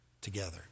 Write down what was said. together